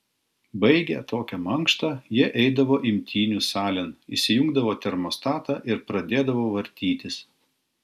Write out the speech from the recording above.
baigę tokią mankštą jie eidavo imtynių salėn įsijungdavo termostatą ir pradėdavo vartytis